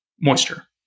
moisture